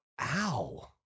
Ow